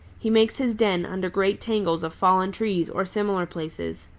he makes his den under great tangles of fallen trees or similar places.